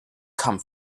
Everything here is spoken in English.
come